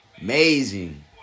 Amazing